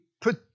put